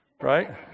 Right